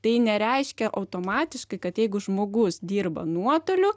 tai nereiškia automatiškai kad jeigu žmogus dirba nuotoliu